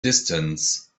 distance